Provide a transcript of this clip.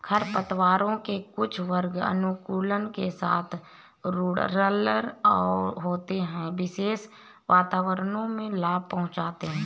खरपतवारों के कुछ वर्ग अनुकूलन के साथ रूडरल होते है, विशेष वातावरणों में लाभ पहुंचाते हैं